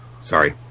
Sorry